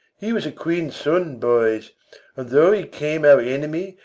he was a queen's son, boys and though he came our enemy,